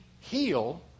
heal